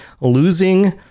losing